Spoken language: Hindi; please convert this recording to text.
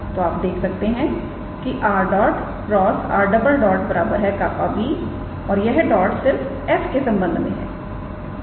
तो आप देख सकते हैं कि 𝑟̇ × 𝑟̈ 𝜅𝑏̂ और यह डॉट्स सिर्फ s के संबंध में है